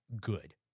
good